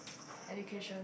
education